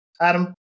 Adam